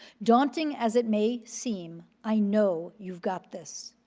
daunting as it may seem, i know you've got this.